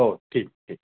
हो ठीक ठीक